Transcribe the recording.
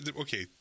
okay